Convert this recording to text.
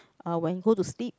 uh when go to sleep